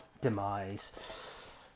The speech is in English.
demise